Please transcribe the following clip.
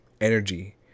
energy